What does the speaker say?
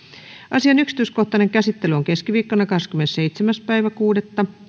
asian yksityiskohtainen käsittely on keskiviikkona kahdeskymmenesseitsemäs kuudetta